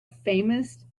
famous